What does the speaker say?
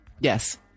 Yes